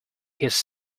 his